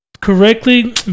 correctly